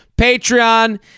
Patreon